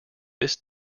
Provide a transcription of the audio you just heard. this